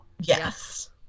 Yes